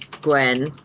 Gwen